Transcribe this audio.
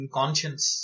conscience